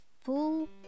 full